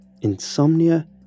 Insomnia